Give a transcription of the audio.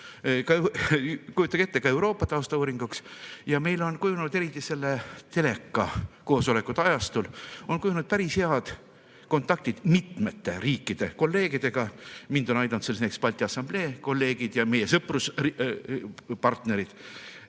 Kujutage ette, ka Euroopa taustauuringuks. Ja meil on kujunenud, eriti selle telekakoosolekute ajastul, päris head kontaktid mitme riigi kolleegidega. Mind on aidanud selles näiteks Balti Assamblee kolleegid ja meie sõpruspartnerid.